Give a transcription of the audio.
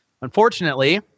Unfortunately